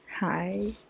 Hi